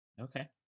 Okay